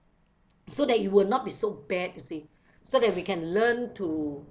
so that you will not be so bad you see so that we can learn to